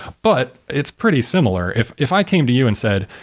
but it's pretty similar. if if i came to you and said,